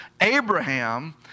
Abraham